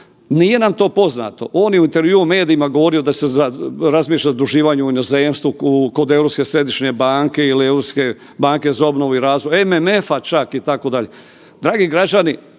Nije nam to poznato. On je u intervjuu medijima govorio da se razmišlja o zaduživanju u inozemstvu, kod Europske središnje banke ili Europske banke za obnovu i razvoj, MMF-a čak, itd. Dragi građani,